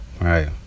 Right